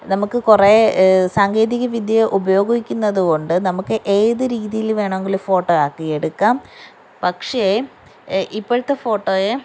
നമുക്ക് കുറേ സാങ്കേതിക വിദ്യകൾ ഉപയോഗിക്കുന്നത് കൊണ്ട് നമുക്ക് ഏത് രീതിയില് വേണമെങ്കിലും ഫോട്ടോയാക്കി എടുക്കാം പക്ഷെ ഇപ്പോഴത്തെ ഫോട്ടോയെ